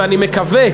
ואני מקווה,